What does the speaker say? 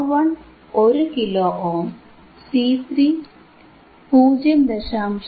R1 1 kilo ohm C3 0